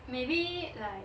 maybe like